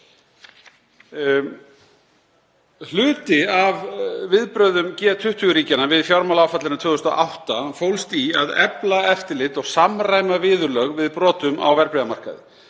Hluti af viðbrögðum G-20 ríkjanna við fjármálaáfallinu 2008 fólst í að efla eftirlit og samræma viðurlög við brotum á verðbréfamarkaði.